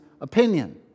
opinion